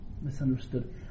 misunderstood